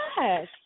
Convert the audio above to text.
Yes